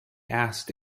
asked